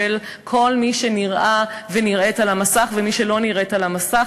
של כל מי שנראה ונראית על המסך ומי שלא נראית על המסך,